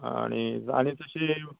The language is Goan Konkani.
आनी आनी तशीं